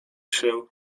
się